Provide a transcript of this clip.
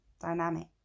dynamic